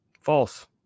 False